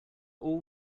all